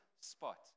spot